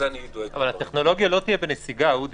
הטכנולוגיה לא תהיה בנסיגה.